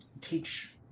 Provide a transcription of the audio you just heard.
teach